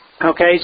Okay